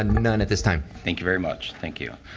and none at this time. thank you very much. thank you.